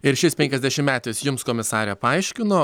ir šis penkiasdešimtmetis jums komisare paaiškino